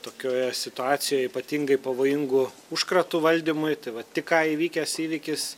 tokioje situacijoj ypatingai pavojingų užkratų valdymui tai vat tik ką įvykęs įvykis